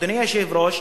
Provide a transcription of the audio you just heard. אדוני היושב-ראש,